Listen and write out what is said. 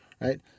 right